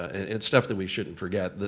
and it's stuff that we shouldn't forget,